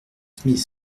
smith